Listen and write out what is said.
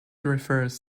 refers